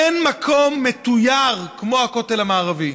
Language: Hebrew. אין מקום מתויר כמו הכותל המערבי.